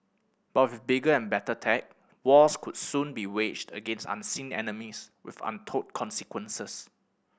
but with bigger and better tech wars could soon be waged against unseen enemies with untold consequences